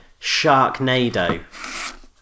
Sharknado